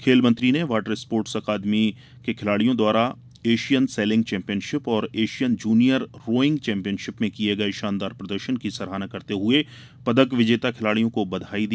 खेल मंत्री ने वाटर स्पोर्टर्स अकादमियों के खिलाड़ियों द्वारा एशियन सेलिंग चैम्पियनशिप और एशियन जूनियर रोइंग चैम्पियनशिप में किए गए शानदार प्रदर्शन की सराहना करते हुए पदक विजेता खिलाड़ियों को बधाई दी